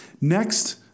Next